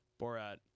Borat